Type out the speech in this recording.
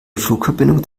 flugverbindung